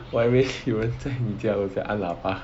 我以为有人在你家楼下按喇叭